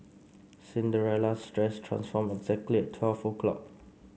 Cinderella's dress transformed exactly twelve o'clock